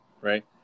right